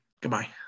Goodbye